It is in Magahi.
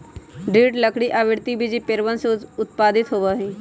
दृढ़ लकड़ी आवृतबीजी पेड़वन से उत्पादित होबा हई